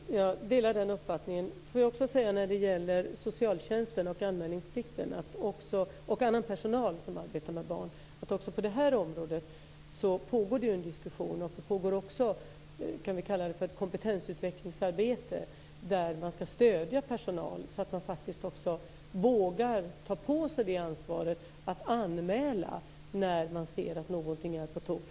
Fru talman! Jag delar den uppfattningen. Får jag också säga beträffande socialtjänsten och anmälningsplikten och annan personal som arbetar med barn att det också på det här området pågår en diskussion. Det pågår någonting som vi kunde kalla ett kompetensutvecklingsarbete, där man ska stödja personal så att de faktiskt vågar ta på sig ansvaret att anmäla när man ser att någonting är på tok.